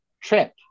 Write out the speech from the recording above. trip